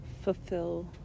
fulfill